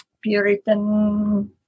Puritan